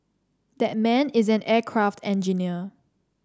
that man is an aircraft engineer